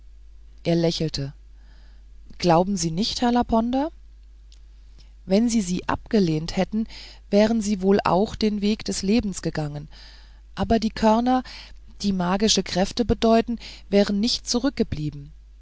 er lächelte glauben sie nicht herr laponder wenn sie sie abgelehnt hätten wären sie wohl auch den weg des lebens gegangen aber die körner die magische kräfte bedeuten wären nicht zurückgeblieben